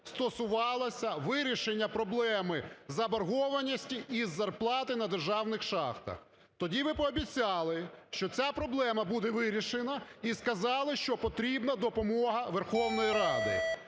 стосувалося вирішення проблеми заборгованості і зарплати на державних шахтах. Тоді ви пообіцяли, що ця проблема буде вирішена і сказали, що потрібна допомога Верховної Ради.